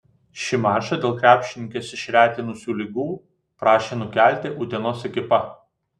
šį mačą dėl krepšininkes išretinusių ligų prašė nukelti utenos ekipa